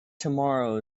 tomorrow